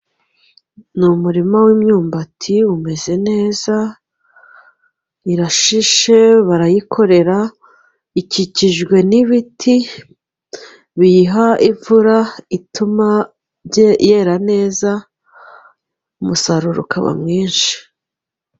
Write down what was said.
Ni umurima w'imyumbati umeze neza, irashishe, barayikorera, ikikijwe n'ibiti biyiha imvura ituma yera neza, umusaruro ukaba mwinshi.